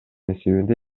эсебинде